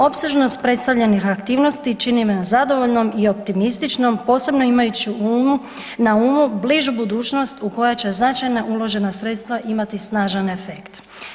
Opsežnost predstavljenih aktivnosti čini me zadovoljnom i optimističnom posebno imajući na umu bližu budućnost u kojoj će značajna uložena sredstva imati snažan efekt.